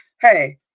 hey